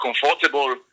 comfortable